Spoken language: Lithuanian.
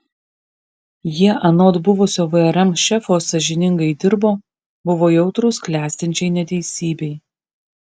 jie anot buvusio vrm šefo sąžiningai dirbo buvo jautrūs klestinčiai neteisybei